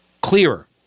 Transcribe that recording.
clearer